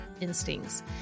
instincts